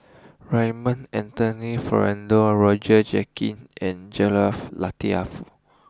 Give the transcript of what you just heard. Raymond Anthony Fernando Roger Jenkins and Latiff